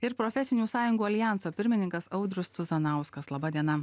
ir profesinių sąjungų aljanso pirmininkas audrius cuzanauskas laba diena